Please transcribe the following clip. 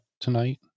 tonight